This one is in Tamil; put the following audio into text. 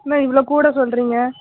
என்ன இவ்வளோ கூட சொல்கிறீங்க